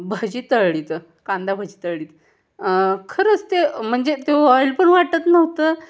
भजी तळलीत कांदा भजी तळलीत खरंच ते म्हणजे तो ऑईल पण वाटत नव्हतं